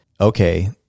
okay